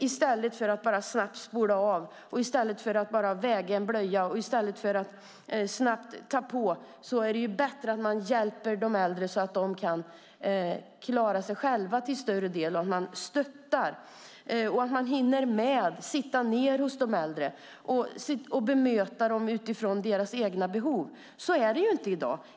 I stället för att bara snabbt spola av, i stället för att bara väga en blöja och i stället för att snabbt ta på är det bättre att man hjälper de äldre så att de kan klara sig själva till stor del, att man stöttar, att man hinner sitta ned hos de äldre och bemöta dem utifrån deras egna behov. Så är det inte i dag.